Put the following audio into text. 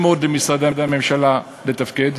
וקשה מאוד למשרדי הממשלה לתפקד.